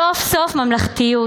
סוף-סוף ממלכתיות,